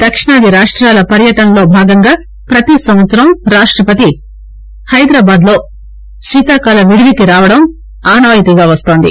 దక్షిణాది రాష్ట్లాల పర్యటనలో భాగంగా పతి సంవత్సరం రాష్టపతి హైదరాబాద్లో శీతాకాల విడితికి రావటం ఆనవాయితీగా వస్తుంది